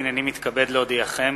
הנני מתכבד להודיעכם,